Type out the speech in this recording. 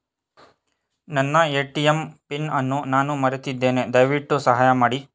ನನ್ನ ATM pin ಅನ್ನು ನಾನು ಮರೆತಿದ್ದೇನೆ, ದಯವಿಟ್ಟು ಸಹಾಯ ಮಾಡಿ